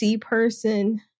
person